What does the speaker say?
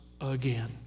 again